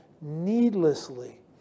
needlessly